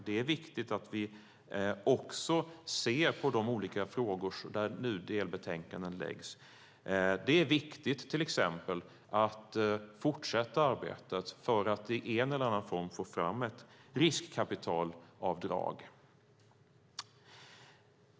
Det är viktigt att vi också ser på de olika frågor där delbetänkanden nu läggs fram. Det är till exempel viktigt att fortsätta arbetet för att i en eller annan form få fram ett riskkapitalavdrag.